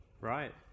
Right